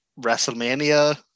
WrestleMania